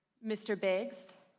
mr. biggs?